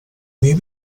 may